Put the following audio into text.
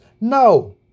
No